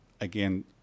again